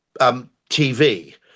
TV